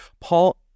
Paul